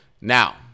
Now